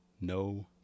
no